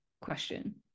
question